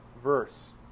verse